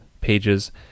pages